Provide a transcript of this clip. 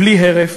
בלי הרף,